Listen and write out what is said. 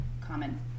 common